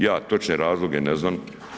Ja točne razloge ne znam.